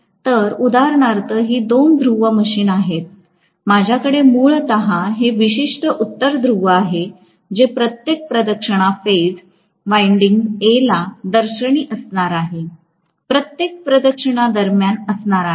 तर उदाहरणार्थ ही दोन ध्रुव मशीन असणार आहे माझ्याकडे मूलतः हे विशिष्ट उत्तर ध्रुव आहे जे प्रत्येक प्रदक्षिणा फेज वाईडिंग A ला दर्शनी असणार आहे प्रत्येक प्रदक्षिणा दरम्यान असणार आहे